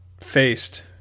faced